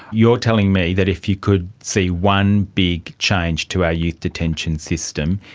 you're telling me that if you could see one big change to our youth detention system,